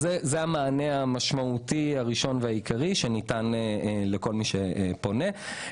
זה המענה המשמעותי הראשון והעיקרי שניתן לכל מי שפונה.